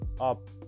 up